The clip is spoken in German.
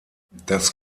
das